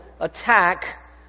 attack